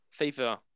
FIFA